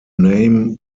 name